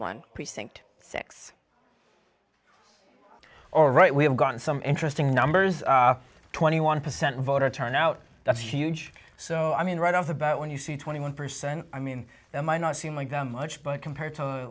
one precinct six all right we have gotten some interesting numbers twenty one percent voter turnout that's huge so i mean right off the bat when you see twenty one percent i mean it might not seem like them much but compared to